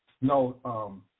No